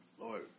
Lord